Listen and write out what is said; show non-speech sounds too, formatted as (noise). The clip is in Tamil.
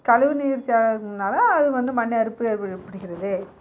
கழிவு நீர் சேதாரத்தினால் அது வந்து மண் அரிப்பு (unintelligible) படுகிறது